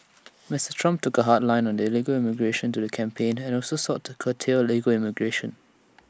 Mister Trump took A hard line on illegal immigration during the campaign and also sought to curtail legal immigration